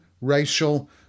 racial